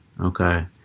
okay